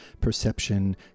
perception